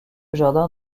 jardin